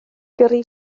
gyrru